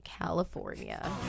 California